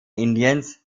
indiens